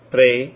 Pray